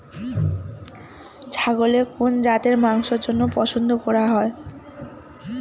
ছাগলের কোন জাতের মাংসের জন্য পছন্দ করা হয়?